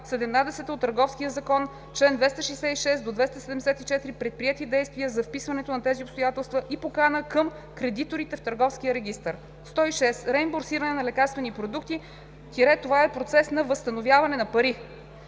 от Търговския закон (чл. 266 – 274), предприети действия за вписването на тези обстоятелства и покана към кредиторите в Търговския регистър. 106. „Реимбурсиране на лекарствени продукти“ – това е процес на възстановяване на пари.